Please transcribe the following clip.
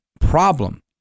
problem